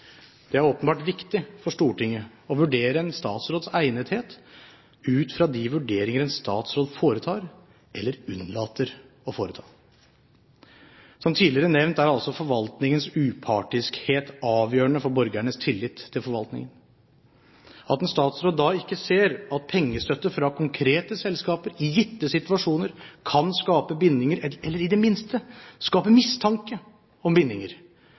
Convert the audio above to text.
Det er åpenbart viktig for Stortinget å vurdere en statsråds egnethet ut fra de vurderinger en statsråd foretar eller unnlater å foreta. Som tidligere nevnt er altså forvaltningens upartiskhet avgjørende for borgernes tillit til forvaltningen. At en statsråd da ikke ser at pengestøtte fra konkrete selskaper i gitte situasjoner kan skape bindinger, eller i det minste skape mistanke om bindinger,